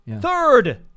Third